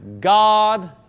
God